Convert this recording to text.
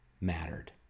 mattered